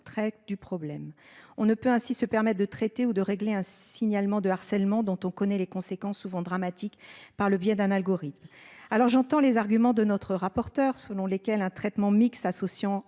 traite du problème. On ne peut ainsi se permettent de traiter ou de régler un signalement de harcèlement dont on connaît les conséquences souvent dramatiques. Par le biais d'un algorithme. Alors j'entends les arguments de notre rapporteur selon lesquelles un traitement mixte associant